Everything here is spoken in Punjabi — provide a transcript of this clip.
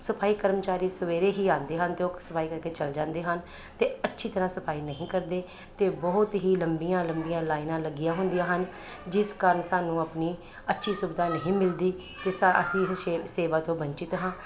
ਸਫਾਈ ਕਰਮਚਾਰੀ ਸਵੇਰੇ ਹੀ ਆਉਂਦੇ ਹਨ ਅਤੇ ਉਹ ਸਫਾਈ ਕਰਕੇ ਚਲੇ ਜਾਂਦੇ ਹਨ ਅਤੇ ਅੱਛੀ ਤਰ੍ਹਾਂ ਸਫਾਈ ਨਹੀਂ ਕਰਦੇ ਅਤੇ ਬਹੁਤ ਹੀ ਲੰਬੀਆਂ ਲੰਬੀਆਂ ਲਾਈਨਾਂ ਲੱਗੀਆਂ ਹੁੰਦੀਆਂ ਹਨ ਜਿਸ ਕਾਰਨ ਸਾਨੂੰ ਆਪਣੀ ਅੱਛੀ ਸੁਵਿਧਾ ਨਹੀਂ ਮਿਲਦੀ ਅਸੀਂ ਇਸ ਸ਼ੇ ਸੇਵਾ ਤੋਂ ਵੰਚਿਤ ਹਾਂ